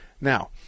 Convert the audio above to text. Now